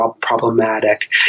problematic